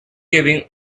giving